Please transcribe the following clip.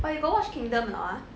but you got watch kingdom or not ah